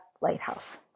lighthouse